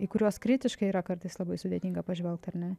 į kuriuos kritiškai yra kartais labai sudėtinga pažvelgt ar ne